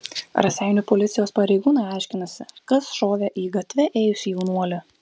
raseinių policijos pareigūnai aiškinasi kas šovė į gatve ėjusį jaunuolį